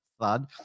thud